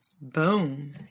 Boom